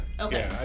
Okay